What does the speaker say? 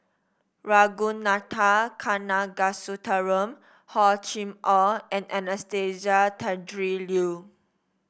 Ragunathar Kanagasuntheram Hor Chim Or and Anastasia Tjendri Liew